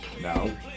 No